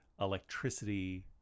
electricity